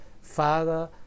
Father